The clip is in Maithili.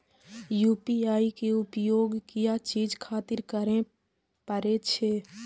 यू.पी.आई के उपयोग किया चीज खातिर करें परे छे?